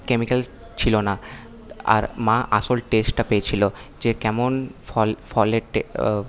chemical ছিল না আর মা আসল টেস্টটা পেয়েছিলো যে কেমন ফলের টে